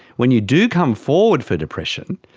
when you do come forward for depression,